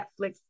Netflix